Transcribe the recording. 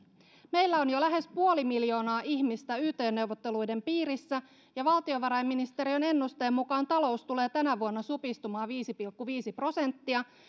meillä on jo lähes puoli miljoonaa ihmistä yt neuvotteluiden piirissä ja valtiovarainministeriön ennusteen mukaan talous tulee tänä vuonna supistumaan viisi pilkku viisi prosenttia